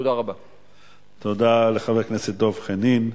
תודה לחבר הכנסת דב חנין.